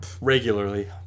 Regularly